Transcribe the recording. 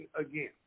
again